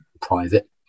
private